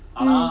mm